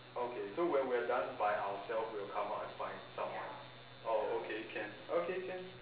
okay so when we're done by ourselves we'll come out and find someone oh okay can okay can